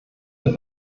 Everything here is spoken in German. der